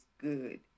good